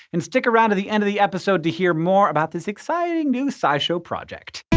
and stick around to the end of the episode to hear more about this exciting new scishow project!